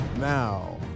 Now